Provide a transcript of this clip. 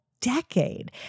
decade